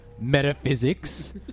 metaphysics